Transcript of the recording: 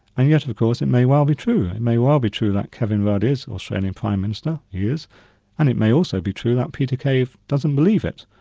and yet of course it may well be true. it may well be true that kevin rudd is australian prime minister, and it may also be true that peter cave doesn't believe it,